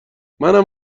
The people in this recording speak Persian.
منم